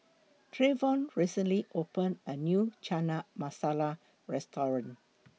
Trayvon recently opened A New Chana Masala Restaurant